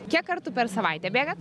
kiek kartų per savaitę bėgat